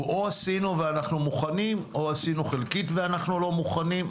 הוא או עשינו ואנחנו מוכנים או עשינו חלקית ואנחנו לא מוכנים,